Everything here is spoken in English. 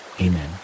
Amen